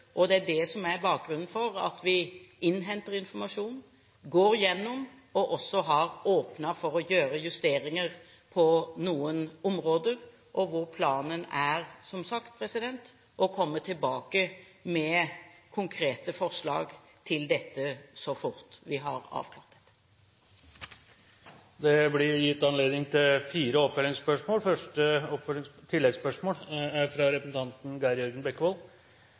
Det er det som er bakgrunnen for at vi innhenter informasjon, går gjennom den og også har åpnet for å gjøre justeringer på noen områder, og hvor planen som sagt er å komme tilbake med konkrete forslag så fort vi har avklart dette. Det blir gitt anledning til fire oppfølgingsspørsmål